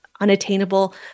unattainable